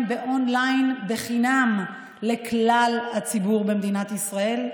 און-ליין חינם לכלל הציבור במדינת ישראל.